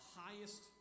highest